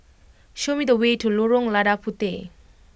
show me the way to Lorong Lada Puteh